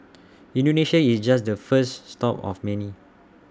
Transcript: Indonesia is just the first stop of many